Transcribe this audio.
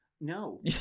No